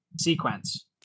sequence